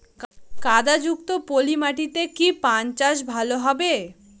কাদা যুক্ত পলি মাটিতে কি পান চাষ ভালো হবে?